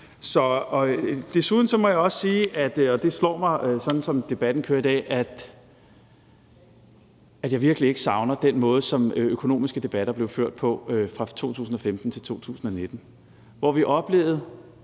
Desuden må jeg også sige – og det slår mig, sådan som debatten kører i dag – at jeg virkelig ikke savner den måde, som økonomiske debatter blev ført på fra 2015 til 2019, hvor vi oplevede